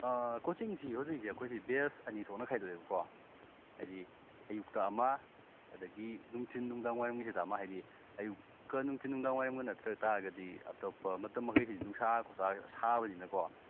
ꯀꯣꯆꯤꯡꯁꯤ ꯍꯧꯖꯤꯛꯁꯤ ꯑꯩꯈꯣꯏꯁꯤ ꯕꯦꯠꯆ ꯑꯅꯤ ꯊꯣꯛꯅ ꯈꯥꯏꯗꯣꯛꯑꯦꯕꯀꯣ ꯍꯥꯏꯗꯤ ꯑꯌꯨꯛꯇ ꯑꯃ ꯑꯗꯒꯤ ꯅꯨꯡꯊꯤꯟ ꯅꯨꯡꯗꯥꯡ ꯋꯥꯏꯔꯝꯒꯤꯁꯤꯗ ꯑꯃ ꯍꯥꯏꯗꯤ ꯑꯌꯨꯛꯀ ꯅꯨꯡꯊꯤꯟ ꯅꯨꯡꯗꯥꯡ ꯋꯥꯏꯔꯝꯒ ꯅꯠꯇ꯭ꯔ ꯇꯥꯔꯒꯗꯤ ꯑꯇꯣꯞꯄ ꯃꯇꯝ ꯃꯈꯩꯁꯤꯗꯤ ꯅꯨꯡꯁꯥ ꯈꯨꯁꯥ ꯁꯥꯕꯁꯤꯅꯀꯣ